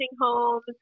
homes